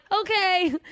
okay